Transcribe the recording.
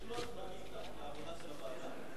יש לוח זמנים לעבודת הוועדה?